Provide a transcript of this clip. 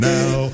Now